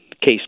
case